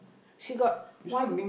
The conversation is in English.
she got one